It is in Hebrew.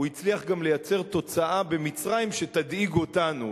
הוא הצליח גם לייצר תוצאה במצרים שתדאיג אותנו,